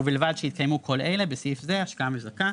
ובלבד שהתקיימו כל אלה (בסעיף זה השקעה מזכה):